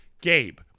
Gabe